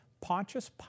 Pontius